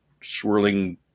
swirling